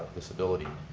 disability.